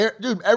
Dude